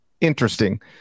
interesting